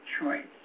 choice